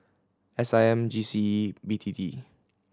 S I M G C E B T T